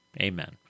Amen